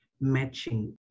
matching